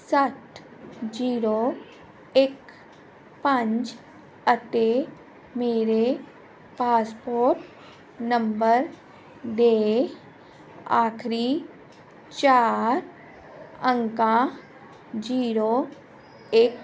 ਸੱਤ ਜੀਰੋ ਇੱਕ ਪੰਜ ਅਤੇ ਮੇਰੇ ਪਾਸਪੋਰਟ ਨੰਬਰ ਦੇ ਆਖਰੀ ਚਾਰ ਅੰਕਾਂ ਜੀਰੋ ਇੱਕ